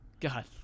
God